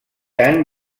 any